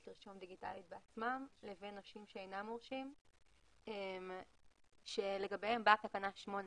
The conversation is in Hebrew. לרשום דיגיטלית בעצמם לבין נושים שאינם מורשים לגביהם באה תקנה 8,